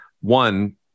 One